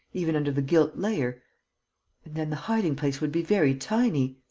even under the gilt layer. and then the hiding-place would be very tiny!